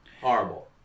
Horrible